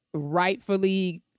Rightfully